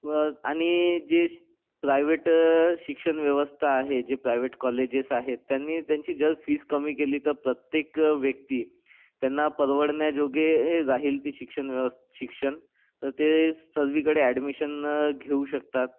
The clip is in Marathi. मग आणि जे प्रायवेट शिक्षण व्यवस्था आहे जे प्रायवेट कॉलेजेस आहे त्यांनी त्यांची जर फीस कमी केली तर प्रत्येक व्यक्ती त्यांना परवडण्याजोगे राहील ती शिक्षण व्य शिक्षण तर ते सगळीकडे ॲडमिशन घेऊ शकतात